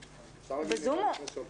אפשר להגיד מילה לפני כן?